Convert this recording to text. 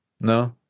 no